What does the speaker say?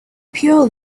pure